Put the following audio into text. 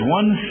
one